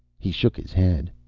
he shook his head.